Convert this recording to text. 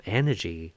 energy